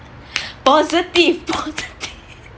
positive positive